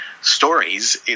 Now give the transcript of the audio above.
stories